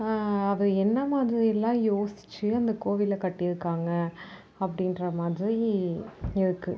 அது என்ன மாதிரிலாம் யோசிச்சு அந்த கோவிலை கட்டியிருக்காங்க அப்படின்ற மாதிரி இருக்கு